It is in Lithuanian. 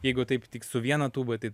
jeigu taip tik su viena tūba tai